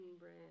Bread